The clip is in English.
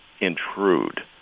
intrude